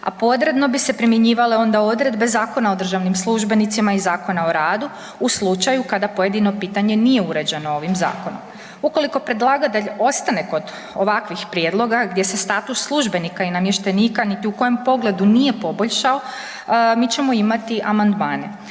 a podredno bi se primjenjivale onda odredbe Zakona o državnim službenicima i Zakona o radu u slučaju kada pojedino pitanje nije uređeno ovom zakonom. Ukoliko predlagatelj ostane kod ovakvih prijedloga gdje se status službenika i namještenika niti u kojem pogledu nije poboljšao mi ćemo imati amandmane.